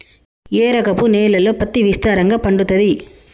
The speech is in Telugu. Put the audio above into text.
ఏ రకపు నేలల్లో పత్తి విస్తారంగా పండుతది?